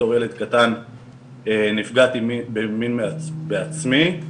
בתור ילד קטן נפגעתי מינית בעצמי.